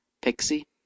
Pixie